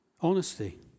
Honesty